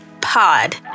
Pod